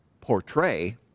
portray